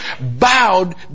bowed